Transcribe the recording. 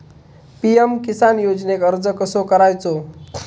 PM Kisan योजनेक अर्ज कसो करायचो?